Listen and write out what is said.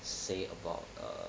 say about err